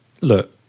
look